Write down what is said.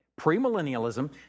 premillennialism